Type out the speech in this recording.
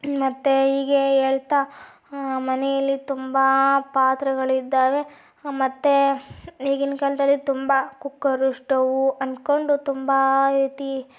ಮತ್ತೆ ಹೀಗೆ ಹೇಳ್ತಾ ಮನೇಲಿ ತುಂಬ ಪಾತ್ರೆಗಳು ಇದ್ದಾವೆ ಮತ್ತೆ ಈಗಿನ ಕಾಲದಲ್ಲಿ ತುಂಬ ಕುಕ್ಕರು ಸ್ಟೌವ್ ಅಂದ್ಕೊಂಡು ತುಂಬ ರೀತಿ